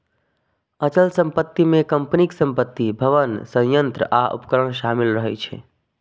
अचल संपत्ति मे कंपनीक संपत्ति, भवन, संयंत्र आ उपकरण शामिल रहै छै